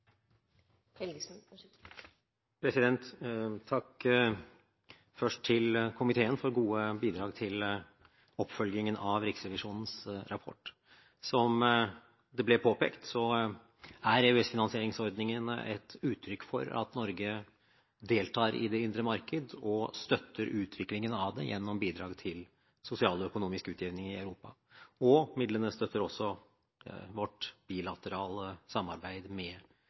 rombefolkningen. Først: Takk til komiteen for gode bidrag til oppfølgingen av Riksrevisjonens rapport. Som det ble påpekt, er EØS-finansieringsordningen et uttrykk for at Norge deltar i det indre marked og støtter utviklingen av det gjennom bidrag til sosial og økonomisk utjevning i Europa. Midlene støtter også vårt bilaterale samarbeid med